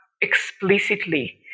explicitly